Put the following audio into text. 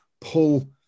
pull